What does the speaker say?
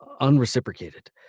unreciprocated